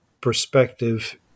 perspective